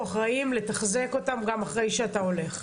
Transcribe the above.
אחראים לתחזק את קווי החיץ גם אחרי שאתה הולך.